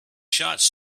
shots